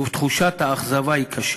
ותחושת האכזבה היא קשה,